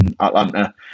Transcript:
Atlanta